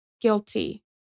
guilty